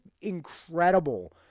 incredible